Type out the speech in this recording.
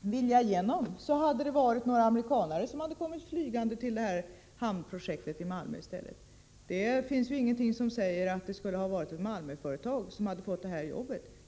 vilja igenom är det möjligt att det i stället hade varit amerikanare som hade fått flyga till Malmö för att delta i det aktuella hamnprojektet. Det finns ju ingenting som säger att det skulle vara ett Malmöföretag som fick det här jobbet.